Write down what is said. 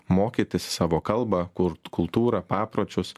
mokytis savo kalbą kurt kultūrą papročius